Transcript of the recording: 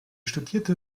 studierte